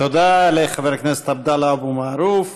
תודה לחבר הכנסת עבדאללה אבו מערוף.